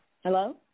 Hello